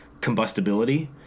combustibility